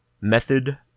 method